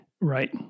right